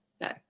no